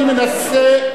אני מנסה,